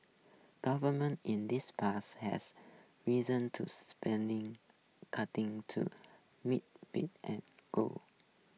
governments in the past has reason to spending cuting to meet being and goals